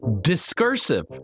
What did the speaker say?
Discursive